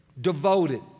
Devoted